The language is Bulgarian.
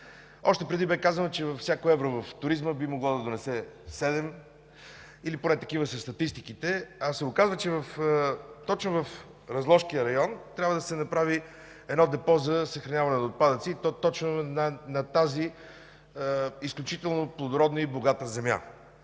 Още преди бе казано, че всяко евро в туризма би могло да донесе седем, или поне такава е статистиката. А се оказа, че точно в Разложкия район трябва да се направи депо за съхраняване на отпадъци, и то точно на тази изключително плодородна и богата земя.